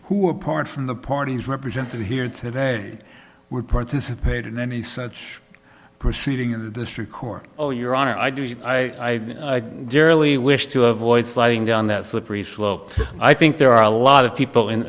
who apart from the parties represented here today would participate in any such proceeding in a district court oh your honor i do i dearly wish to avoid sliding down that slippery slope i think there are a lot of people in